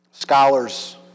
scholars